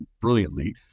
brilliantly